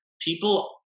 people